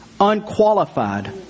unqualified